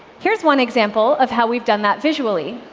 here's one example of how we've done that visually.